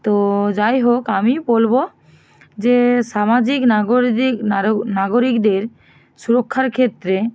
তো যাই হোক আমি বলবো যে সামাজিক নাগরিদিক নারো নাগরিকদের সুরক্ষার ক্ষেত্রে